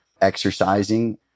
exercising